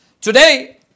Today